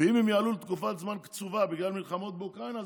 ואם הם יעלו לתקופת זמן קצובה בגלל מלחמות באוקראינה,